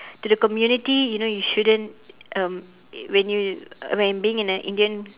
to the community you know you shouldn't um when you when in being in a indian